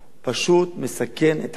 פשוט מסכן את חייו.